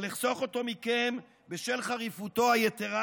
אבל אחסוך אותו מכם בשל חריפותו היתרה,